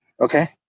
Okay